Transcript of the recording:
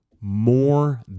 more